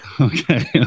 Okay